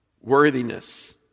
worthiness